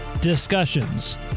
discussions